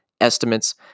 estimates